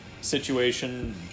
situation